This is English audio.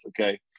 okay